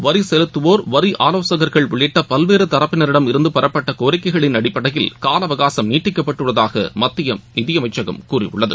வரிசெலுத்துவோர் வரிஆவோசகர்கள் உள்ளிட்டபல்வேறுதரப்பினரிடம இருந்தபெறப்பட்டகோரிக்கைகளின் அடிப்படையில் காலஅவகாசம் நீட்டிக்கப்பட்டுள்ளதாகமத்தியநிதியமைச்சகம் கூறியுள்ளது